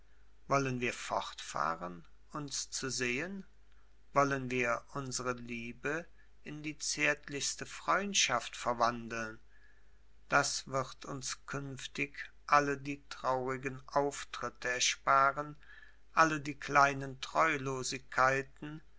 wollen wir fortfahren uns zu sehen wollen wir unsre liebe in die zärtlichste freundschaft verwandeln das wird uns künftig alle die traurigen auftritte ersparen alle die kleinen